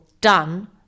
done